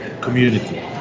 community